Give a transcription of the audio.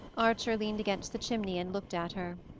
archer leaned against the chimney and looked at her.